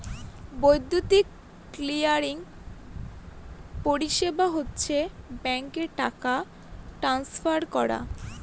বৈদ্যুতিক ক্লিয়ারিং পরিষেবা হচ্ছে ব্যাঙ্কে টাকা ট্রান্সফার করা